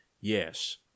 Yes